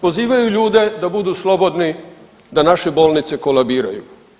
Pozivaju ljude da budu slobodni da naše bolnice kolabiraju.